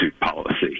policy